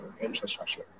infrastructure